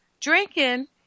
Drinking